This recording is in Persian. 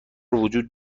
وجود